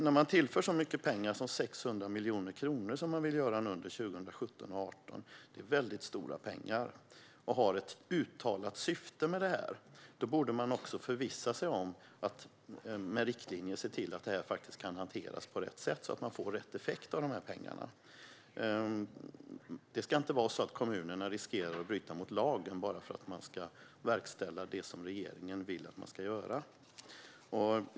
När man tillför så mycket pengar som 600 miljoner kronor, vilket man vill göra under 2017 och 2018, och har ett uttalat syfte med detta, då borde man också förvissa sig om och med riktlinjer se till att detta faktiskt kan hanteras på rätt sätt så att man får rätt effekt av dessa pengar. Det ska inte vara så att kommunerna riskerar att bryta mot lagen bara för att de ska verkställa det som regeringen vill att de ska göra.